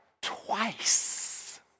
twice